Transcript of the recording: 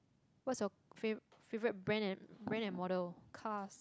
what's your favourite favourite brand and brand and model cars